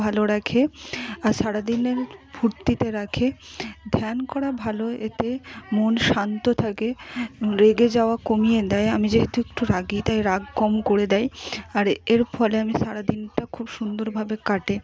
ভালো রাখে আর সারাদিনের ফুর্তিতে রাখে ধ্যান করা ভালো এতে মন শান্ত থাকে রেগে যাওয়া কমিয়ে দেয় আমি যেহেতু একটু রাগী তাই রাগ কম করে দেয় আর এর ফলে আমি সারাদিনটা খুব সুন্দরভাবে কাটে